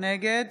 נגד